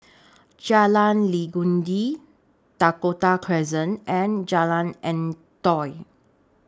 Jalan Legundi Dakota Crescent and Jalan Antoi